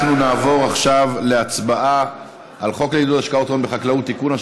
אנחנו נעבור עכשיו להצבעה על חוק לעידוד השקעות הון בחקלאות (תיקון,